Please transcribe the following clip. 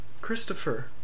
Christopher